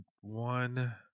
one